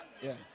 Yes